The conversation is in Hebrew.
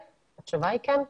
התשובה היא כן.